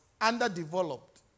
underdeveloped